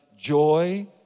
Joy